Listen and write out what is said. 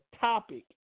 topic